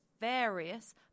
various